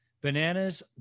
bananas